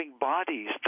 bodies